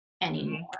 anymore